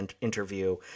interview